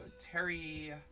Terry